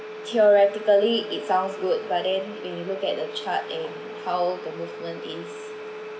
theoretically it sounds good but then if you look at the chart and how the movement is